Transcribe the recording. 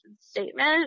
statement